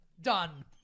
Done